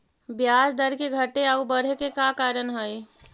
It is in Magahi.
ब्याज दर के घटे आउ बढ़े के का कारण हई?